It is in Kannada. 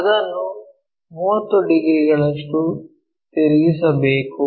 ಅದನ್ನು 30 ಡಿಗ್ರಿಗಳಷ್ಟು ತಿರುಗಿಸಬೇಕು